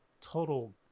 total